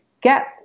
get